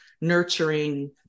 nurturing